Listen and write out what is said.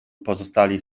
pozostali